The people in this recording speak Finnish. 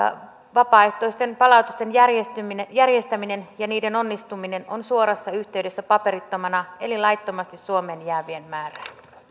vapaaehtoisten palautusten järjestäminen järjestäminen ja niiden onnistuminen on suorassa yhteydessä paperittomana eli laittomasti suomeen jäävien määrään